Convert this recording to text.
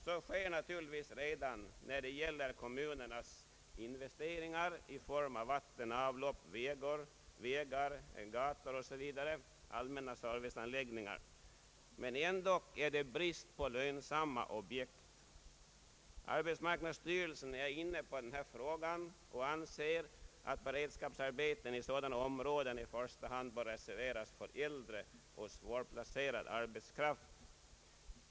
Så sker naturligtvis redan när det gäller kommunernas investeringar i form av anordningar för vatten och avlopp, vägar, gator och andra allmänna serviceanläggningar, men ändock är det brist på lönsamma objekt. Arbetsmarknadsstyrelsen är inne på den här frågan och anser att beredskapsarbeten i sådana områden i första hand bör reserveras för äldre och svårplacerad arbetskraft.